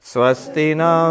Swastina